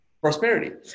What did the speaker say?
Prosperity